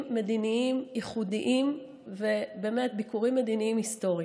מדיניים ייחודיים וביקורים מדיניים היסטוריים.